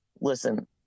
listen